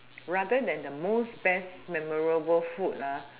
rather than the most best memorable food ah